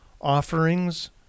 offerings